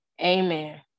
Amen